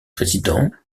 présidents